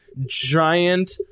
giant